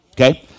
Okay